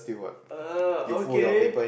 uh okay